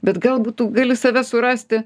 bet galbūt tu gali save surasti